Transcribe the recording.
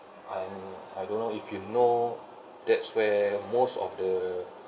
I I don't know if you know that's where most of the